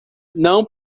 não